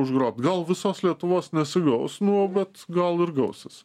užgrobt gal visos lietuvos nesigaus nu bet gal ir gausis